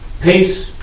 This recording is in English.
peace